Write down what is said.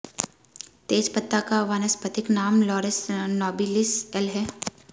तेजपत्ता का वानस्पतिक नाम लॉरस नोबिलिस एल है